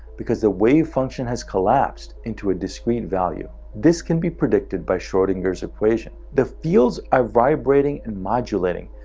because the wave function has collapsed into a discrete value. this can be predicted by schrodinger's equation. the fields are vibrating and modulating,